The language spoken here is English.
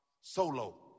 solo